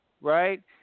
Right